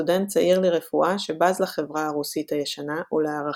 סטודנט צעיר לרפואה שבז לחברה הרוסית הישנה ולערכיה.